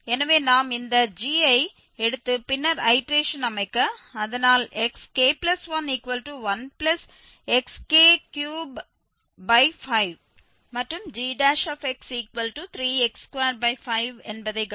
எனவே நாம் இந்த gஐ எடுத்து பின்னர் ஐடேரேஷன் அமைக்க அதனால் xk11xk35 மற்றும் gx3x25 என்பதை கவனிக்கவும்